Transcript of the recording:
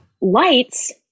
lights